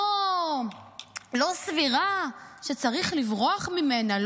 לא סבירה, שצריך לברוח ממנה?